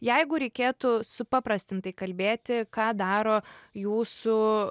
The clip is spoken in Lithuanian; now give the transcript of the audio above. jeigu reikėtų supaprastintai kalbėti ką daro jūsų